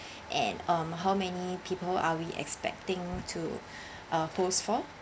and um how many people are we expecting to uh hosts for